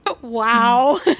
Wow